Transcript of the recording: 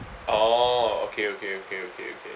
orh okay okay okay okay okay